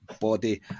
body